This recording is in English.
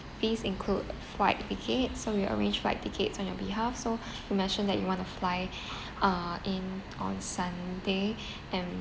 fees include flight tickets so we arrange flight tickets on your behalf so you mentioned that you want to fly uh in on sunday and